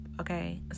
okay